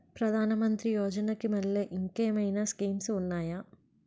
ప్రధాన మంత్రి యోజన కి మల్లె ఇంకేమైనా స్కీమ్స్ ఉన్నాయా?